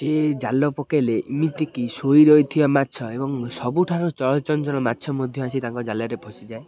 ସେ ଜାଲ ପକେଇଲେ ଏମିତିକି ଶୋଇ ରହିଥିବା ମାଛ ଏବଂ ସବୁଠାରୁ ଚଳଚଞ୍ଚଳ ମାଛ ମଧ୍ୟ ଆସି ତାଙ୍କ ଜାଲରେ ଫଶିଯାଏ